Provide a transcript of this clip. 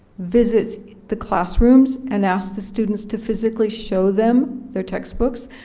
visits the classrooms, and asks the students to physically show them their textbooks.